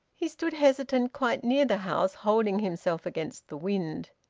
he stood hesitant quite near the house, holding himself against the wind.